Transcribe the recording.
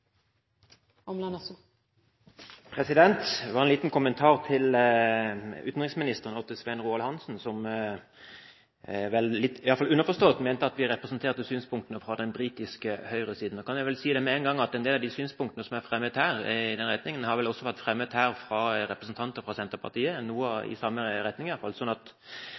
i hvert fall underforstått mente at vi representerte synspunktene til den britiske høyresiden. Da kan jeg si med en gang at en del av de synspunktene i den retning som jeg fremmet her, har vel også vært fremmet fra representanter for Senterpartiet – i noe av den samme retningen. I tilfelle man frykter den britiske høyresiden, så har ikke jeg den frykten, den er